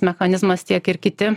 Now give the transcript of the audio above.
mechanizmas tiek ir kiti